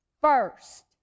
first